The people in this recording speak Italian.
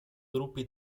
gruppi